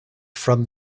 from